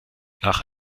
nach